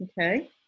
Okay